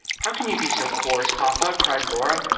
how can you be so coarse, papa? cried laura,